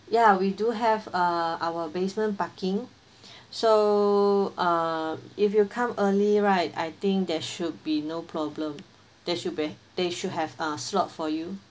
yeah we do have uh our basement parking so uh if you come early right I think that should be no problem that should be there should have a slot for you